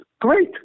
great